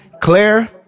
Claire